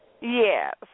Yes